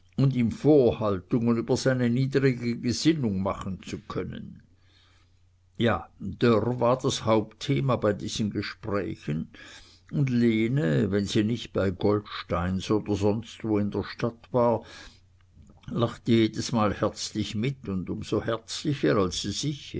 und ihm vorhaltungen über seine niedrige gesinnung machen zu können ja dörr war das hauptthema bei diesen gesprächen und lene wenn sie nicht bei goldsteins oder sonst wo in der stadt war lachte jedesmal herzlich mit und um so herzlicher als sie sich